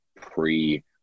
pre